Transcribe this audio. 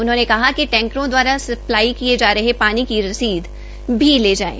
उन्होंने कहा कि टैंकरों दवारा सप्लाई किये जा रहे पानी की रसीद भी ली जाये